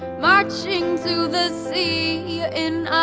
marching through the sea in